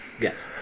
yes